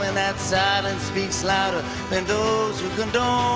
and that silence speaks louder than those who condone